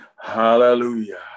Hallelujah